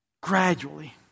gradually